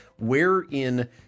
wherein